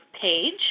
page